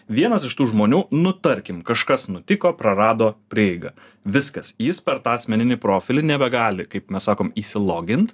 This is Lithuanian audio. vienas iš tų žmonių nu tarkim kažkas nutiko prarado prieigą viskas jis per tą asmeninį profilį nebegali kaip mes sakom įsilogint